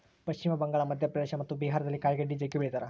ಪಶ್ಚಿಮ ಬಂಗಾಳ, ಮಧ್ಯಪ್ರದೇಶ ಮತ್ತು ಬಿಹಾರದಲ್ಲಿ ಕಾಯಿಗಡ್ಡೆ ಜಗ್ಗಿ ಬೆಳಿತಾರ